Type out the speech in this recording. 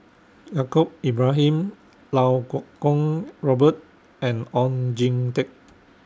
Yaacob Ibrahim Iau Kuo Kwong Robert and Oon Jin Teik